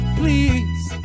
please